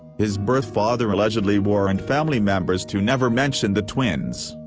his birth father allegedly warned family members to never mention the twins.